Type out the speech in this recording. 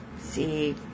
See